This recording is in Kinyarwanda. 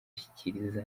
ashyikiriza